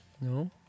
no